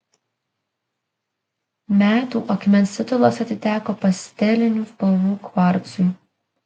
metų akmens titulas atiteko pastelinių spalvų kvarcui